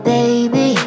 Baby